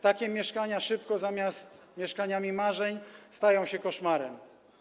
Takie mieszkania szybko zamiast mieszkaniami marzeń stają się koszmarem.